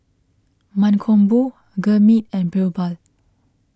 Mankombu Gurmeet and Birbal